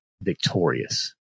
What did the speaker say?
victorious